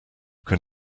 can